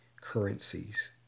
currencies